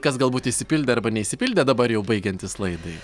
kas galbūt išsipildė arba neišsipildė dabar jau baigiantis laidai